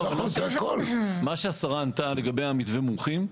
מה שהשרה ענתה לגבי מתווה המומחים,